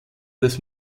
des